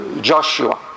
joshua